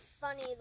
funny